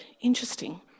Interesting